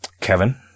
Kevin